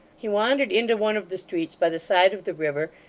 he wandered into one of the streets by the side of the river,